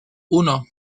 uno